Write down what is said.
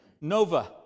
Nova